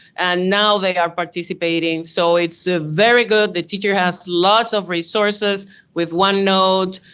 and now they are participating, so it's ah very good. the teacher has lots of resources with onenote,